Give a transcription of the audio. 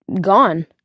gone